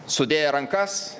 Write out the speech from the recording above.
sudėję rankas